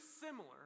similar